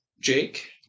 Jake